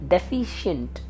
deficient